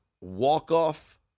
walk-off